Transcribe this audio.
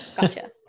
gotcha